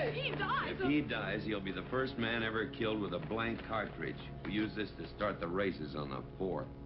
dies. if and he dies, he'll be the first man ever killed with a blank cartridge. we use this to start the races on the fourth.